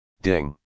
Ding